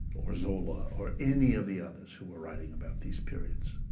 or zola, or any of the others who were writing about these periods.